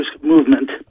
movement